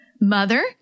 Mother